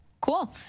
cool